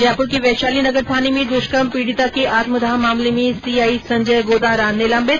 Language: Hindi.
जयपुर के वैशालीनगर थाने में दुष्कर्म पीडिता के आत्मदाह मामले में सीआई संजय गोदारा निलंबित